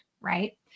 right